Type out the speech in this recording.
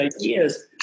ideas